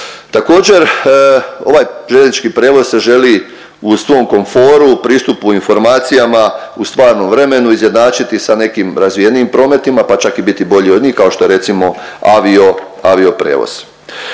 Također, ovaj željeznički prijevoz se želi u svom komforu, u pristupu informacijama u stvarnom vremenu izjednačiti sa nekim razvijenijim prometima pa čak i biti bolji od njih kao što je recimo avio,